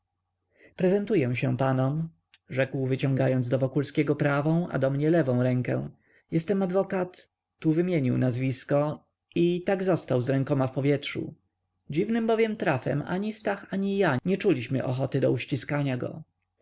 prezentuję się panom rzekł wyciągając do wokulskiego prawą a do mnie lewą rękę jestem adwokat tu wymienił nazwisko i tak został z rękoma w powietrzu dziwnym bowiem trafem ani stach ani ja nie czuliśmy ochoty do uściskania go